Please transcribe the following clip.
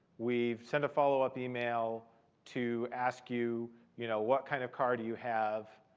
we've sent a follow-up email to ask you you know what kind of car do you have,